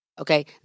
okay